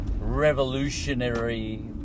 revolutionary